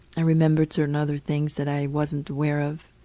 i remembered certain other things that i wasn't aware of.